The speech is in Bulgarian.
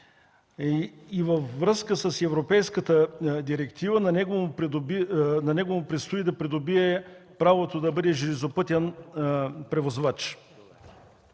Във връзка с Европейската директива на него му предстои да придобие правото да бъде железопътен превозвач.